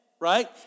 right